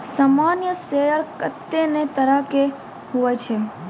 सामान्य शेयर कत्ते ने तरह के हुवै छै